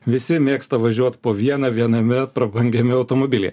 visi mėgsta važiuot po vieną viename prabangiame automobily